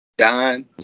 Don